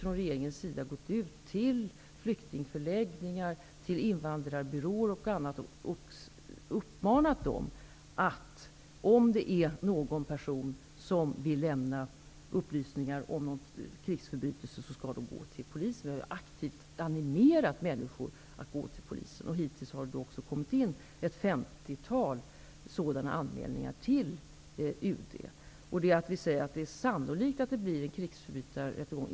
Regeringen har aktivt gått ut till exempelvis flyktingförläggningar och invandrarbyråer och uppmanat dem att se till att den som eventuellt vill lämna upplysningar om någon krigsförbrytelse går till polisen. Vi har aktivt animerat människor att gå till polisen. Hittills har det också kommit in ett femtiotal sådana anmälningar till UD. I svaret sägs att det ''sannolikt'' blir en krigsförbrytarrättegång.